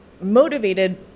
motivated